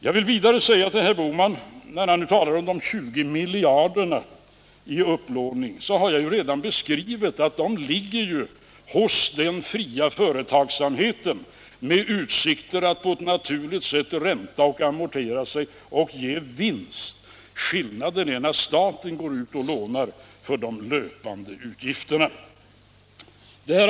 Jag vill vidare säga till herr Bohman, när han talar om de 20 miljarderna i upplåning, att jag ju redan har beskrivit att de lånen ligger hos den fria företagsamheten med utsikter att på ett naturligt sätt ränta sig och amorteras och ge vinst. Det är en annan sak när staten går ut och lånar för de löpande utgifterna.